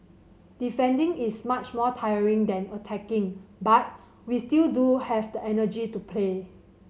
defending is much more tiring than attacking but we still do have the energy to play